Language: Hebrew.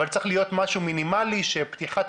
אבל צריך להיות משהו מינימלי שפתיחת